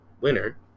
winner